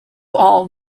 all